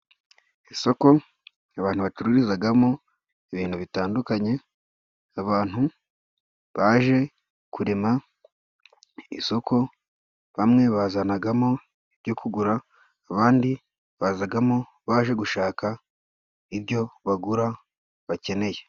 Isoko abantu bacururizagamo ibintu bitandukanye abantu, baje kurema isoko bamwe bazanagamo ibyo kugura abandi bazagamo baje gushaka ibyo bagura bakeneye.